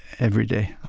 every day.